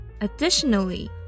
additionally